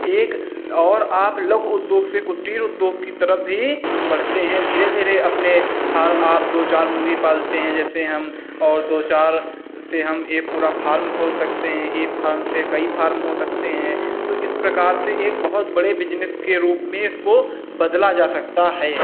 एक और आप लघु उद्योग से कुटीर उद्योग की तरफ़ भी बढ़ते हैं धीरे धीरे अपने फार आप दो चार मुर्गी पालते हैं जैसे हम और दो चार से हम एक पूरा फार्म खोल सकते हैं एक फार्म से कई फार्म हो सकते हैं तो इस प्रकार से एक बहुत बड़े बिज़नेस के रूप में इसको बदला जा सकता है